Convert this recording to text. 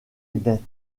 net